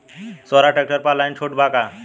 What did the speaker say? सोहराज tractor पर online छूट बा का?